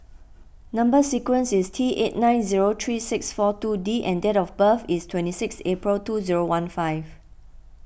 Number Sequence is T eight nine zero three six four two D and date of birth is twenty six April two zero one five